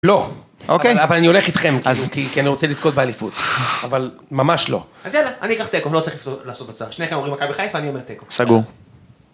לא, אוקיי? אבל אני הולך איתכם, כי אני רוצה לזכות באליפות, אבל ממש לא. אז יאללה, אני אקח את העקרונות, לא צריך לעשות תוצאה. שניכם אומרים מכבי חיפה ואני אומר תיקו. סגור.